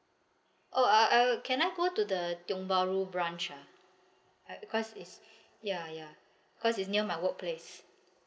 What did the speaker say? oh uh uh can I go to the the tiong bahru branch ah I because it's ya ya because it's near my work place